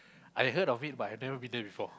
I heard of it but I've never been there before